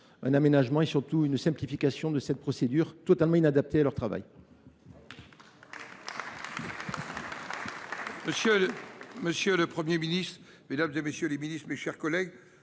l’aménagement et la simplification de cette procédure qui est totalement inadaptée à leur travail. Monsieur le Premier ministre, mesdames, messieurs les ministres, mes chers collègues,